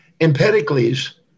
Empedocles